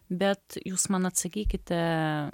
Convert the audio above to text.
bet jūs man atsakykite